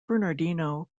bernardino